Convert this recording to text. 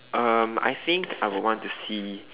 um I think I would want to see